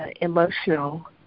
emotional